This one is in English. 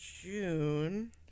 June